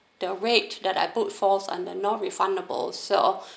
the rate that I booked falls under non-refundable so